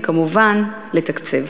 וכמובן לתקצב.